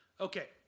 Okay